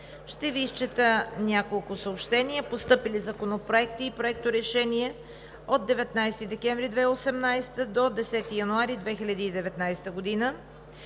Ще Ви изчета няколко съобщения за постъпили законопроекти и проекти за решения 19 декември 2018 г. – 10 януари 2019 г.: